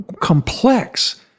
complex